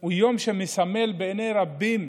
הוא יום שמסמל בעיני רבים